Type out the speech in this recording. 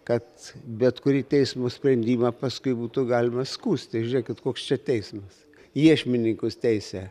kad bet kurį teismo sprendimą paskui būtų galima skųsti žiūrėkit koks čia teismas iešmininkus teisia